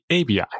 ABI